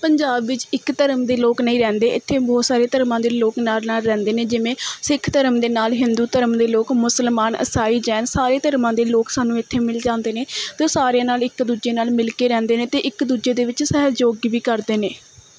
ਪੰਜਾਬ ਵਿੱਚ ਇੱਕ ਧਰਮ ਦੇ ਲੋਕ ਨਹੀਂ ਰਹਿੰਦੇ ਇੱਥੇ ਬਹੁਤ ਸਾਰੇ ਧਰਮਾਂ ਦੇ ਲੋਕ ਨਾਲ਼ ਨਾਲ਼ ਰਹਿੰਦੇ ਨੇ ਜਿਵੇਂ ਸਿੱਖ ਧਰਮ ਦੇ ਨਾਲ਼ ਹਿੰਦੂ ਧਰਮ ਦੇ ਲੋਕ ਮੁਸਲਮਾਨ ਈਸਾਈ ਜੈਨ ਸਾਰੇ ਧਰਮਾਂ ਦੇ ਲੋਕ ਸਾਨੂੰ ਇੱਥੇ ਮਿਲ ਜਾਂਦੇ ਨੇ ਅਤੇ ਉਹ ਸਾਰਿਆਂ ਨਾਲ਼ ਇੱਕ ਦੂਜੇ ਨਾਲ਼ ਮਿਲ ਕੇ ਰਹਿੰਦੇ ਨੇ ਅਤੇ ਇੱਕ ਦੂਜੇ ਦੇ ਵਿੱਚ ਸਹਿਯੋਗ ਵੀ ਕਰਦੇ ਨੇ